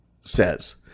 says